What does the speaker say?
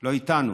לא איתנו,